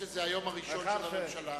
אפילו שזה היום הראשון של הממשלה.